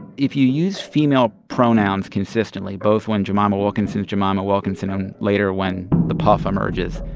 if you use female pronouns consistently, both when jemima wilkinson is jemima wilkinson and later when the puf emerges,